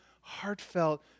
heartfelt